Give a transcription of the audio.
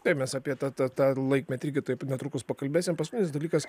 taip mes apie tą tą tą laikmetį irgi taip netrukus pakalbėsim paskutinis dalykas